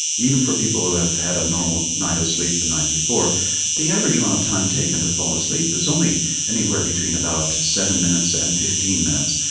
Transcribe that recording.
even for people who've had a normal night of sleep the night before the average amount of time taken to fall asleep is only anywhere between about seven minutes and fifteen minutes.